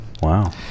Wow